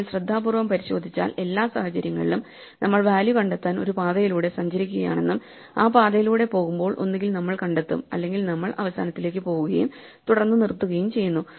നിങ്ങൾ ശ്രദ്ധാപൂർവ്വം പരിശോധിച്ചാൽ എല്ലാ സാഹചര്യങ്ങളിലും നമ്മൾ വാല്യൂ കണ്ടെത്താൻ ഒരു പാതയിലൂടെ സഞ്ചരിക്കുകയാണെന്നും ആ പാതയിലൂടെ പോകുമ്പോൾ ഒന്നുകിൽ നമ്മൾ കണ്ടെത്തും അല്ലെങ്കിൽ നമ്മൾ അവസാനത്തിലേക്ക് പോകുകയും തുടർന്ന് നിർത്തുകയും ചെയ്യുന്നു